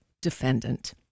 defendant